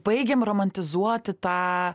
baigiam romantizuoti tą